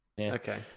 Okay